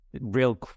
real